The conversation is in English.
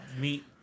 meet